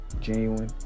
genuine